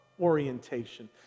orientation